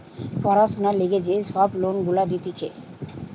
পড়াশোনার লিগে যে সব লোন গুলা দিতেছে